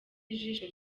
ijisho